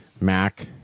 Mac